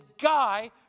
guy